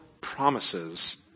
promises